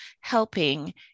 helping